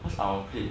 cause our clique